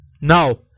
Now